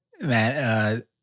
Man